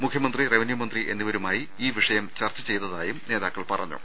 മുഖ്യമന്ത്രി റവന്യൂമ ന്ത്രി എന്നിവരുമായി ഈ വിഷയം ചർച്ച ചെയ്തതതായും നേതാക്കൾ പറഞ്ഞു